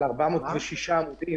לגבי ה-406 עמודים,